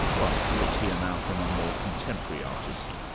well, let's hear now from a more contemporary artist.